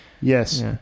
Yes